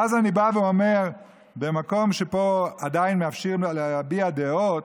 ואז אני בא ואומר: במקום שבו עדיין מאפשרים להביע דעות,